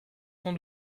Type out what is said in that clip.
s’en